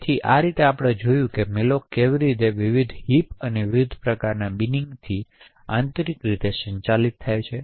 તેથી આ રીતે આપણે જોયું છે કે મેલોક કેવી રીતે વિવિધ હિપ અને વિવિધ પ્રકારના બિનિંગથી આંતરિક રીતે સંચાલિત થાય છે